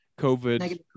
COVID